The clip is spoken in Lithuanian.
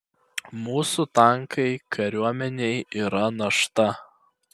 mūsų tankai kariuomenei yra našta